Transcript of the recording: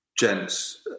gents